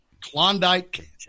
Klondike